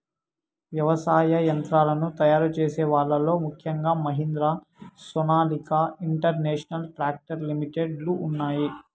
వ్యవసాయ యంత్రాలను తయారు చేసే వాళ్ళ లో ముఖ్యంగా Mahindra, Sonalika international tractor limited లు ఉన్నాయి